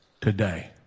today